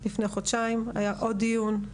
לפני חודשיים היה עוד דיון,